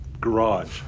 garage